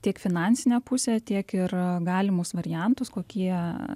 tiek finansinę pusę tiek ir galimus variantus kokie